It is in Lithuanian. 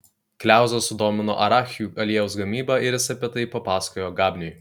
kliauzą sudomino arachių aliejaus gamyba ir jis apie tai papasakojo gabniui